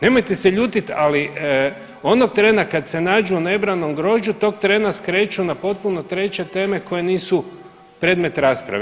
Nemojte se ljutiti, ali onog trena kad se nađu u nebranom grožđu, tog trena skreću na potpuno treće teme koje nisu predmet rasprave.